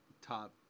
top –